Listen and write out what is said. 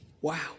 Wow